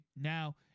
Now